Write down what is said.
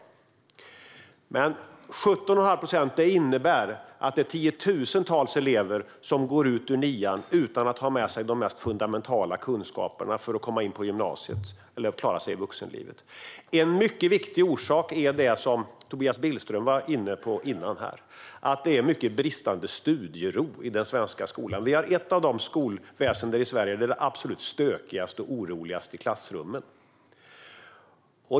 Siffran 17 1⁄2 procent innebär att tiotusentals elever går ut nian utan att ha med sig de mest fundamentala kunskaperna för att komma in på gymnasiet eller klara sig i vuxenlivet. En mycket viktig orsak är det som Tobias Billström var inne på tidigare: att det är stora brister när det gäller studieron i den svenska skolan. Skolväsendet i Sverige är ett av dem där det är absolut stökigast och oroligast i klassrummen.